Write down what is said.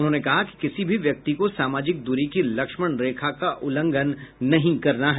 उन्होंने कहा कि किसी भी व्यक्ति को सामाजिक दूरी की लक्ष्मण रेखा का उल्लंघन नहीं करना है